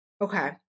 Okay